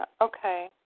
Okay